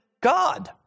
God